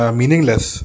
meaningless